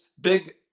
big